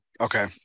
Okay